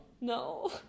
No